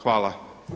Hvala.